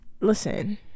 Listen